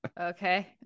okay